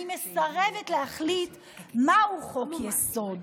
אני מסרבת להחליט מהו חוק-יסוד.